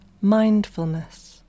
mindfulness